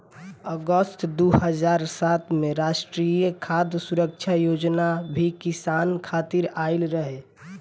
अगस्त दू हज़ार सात में राष्ट्रीय खाद्य सुरक्षा योजना भी किसान खातिर आइल रहे